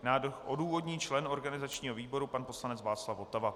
Návrh odůvodní člen organizačního výboru pan poslanec Václav Votava.